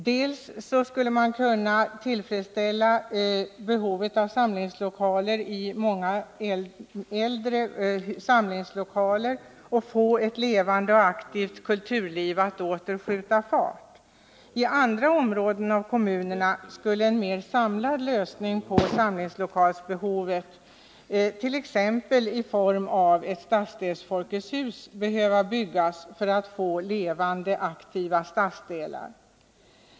Många av de gamla folkrörelsehusen skulle med varsam renovering kunna bidra till att ett levande, aktivt kulturliv åter skjuter fart. I andra kommuner skulle en mer samlad lösning på samlingslokalsbehovet, i t.ex. ett stadsdelsfolketshus, behöva byggas för att man skall få levande, aktiva stadsdelar.